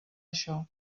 això